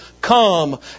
Come